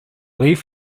leaf